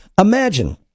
Imagine